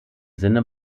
sinne